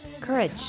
courage